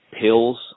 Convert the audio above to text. pills